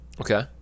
Okay